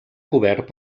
cobert